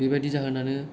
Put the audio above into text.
बेबादि जाहोनानो